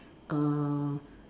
uh